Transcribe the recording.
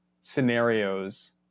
scenarios